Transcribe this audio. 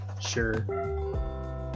Sure